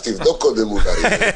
אז תבדוק קודם אולי.